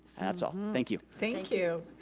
that's all, thank you. thank you.